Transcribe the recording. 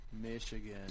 Michigan